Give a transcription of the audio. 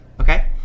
Okay